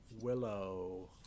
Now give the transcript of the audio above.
willow